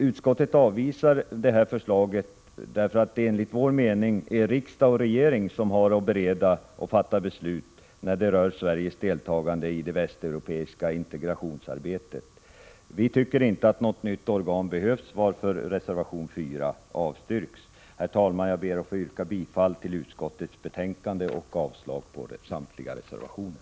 Utskottet avvisar förslaget. Enligt vår mening är det riksdag och regering som har att bereda och fatta beslut när det gäller Sveriges deltagande i det västeuropeiska integrationsarbetet. Vi tycker inte att något nytt organ behövs, varför reservation nr 4 avstyrks. Herr talman! Jag ber att få yrka bifall till utskottets hemställan och avslag på samtliga reservationer.